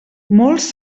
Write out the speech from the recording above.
molts